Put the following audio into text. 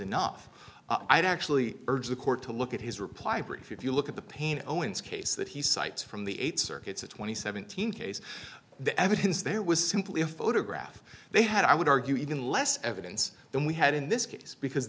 enough i'd actually urge the court to look at his reply brief if you look at the pain owens case that he cites from the eight circuits a twenty seven thousand case the evidence there was simply a photograph they had i would argue even less evidence than we had in this case because